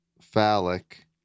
phallic